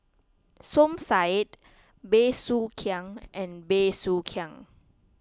Som Said Bey Soo Khiang and Bey Soo Khiang